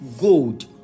gold